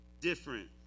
different